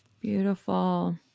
Beautiful